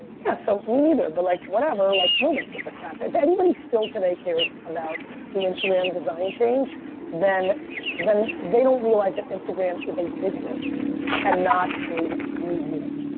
yeah so me neither but like whatever. like nobody gives a crap. if anybody still today still cares about the instagram design change then then they don't realize that instagram is a business and not a museum.